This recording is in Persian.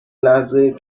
لحظه